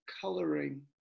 coloring